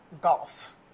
golf